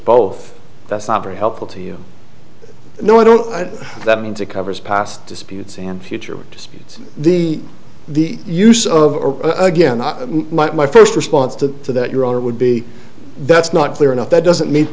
both that's not very helpful to you know i don't know that means it covers past disputes and future disputes the the use of again i might my first response to that your honor would be that's not clear enough that doesn't meet